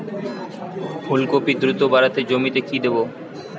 ফুলকপি দ্রুত বাড়াতে জমিতে কি দেবো?